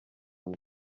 nda